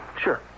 sure